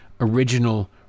original